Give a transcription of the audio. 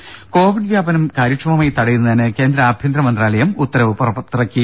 ദേദ കോവിഡ് വ്യാപനം കാര്യക്ഷമമായി തടയുന്നതിന് കേന്ദ്ര ആഭ്യന്തര മന്ത്രാലയം ഉത്തരവ് പുറത്തിറക്കി